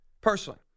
personally